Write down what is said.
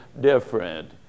different